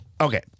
Okay